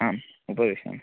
आम् उपविशामि